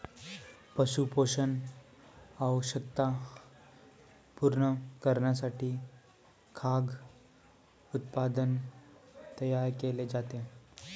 पशु पोषण आवश्यकता पूर्ण करण्यासाठी खाद्य उत्पादन तयार केले जाते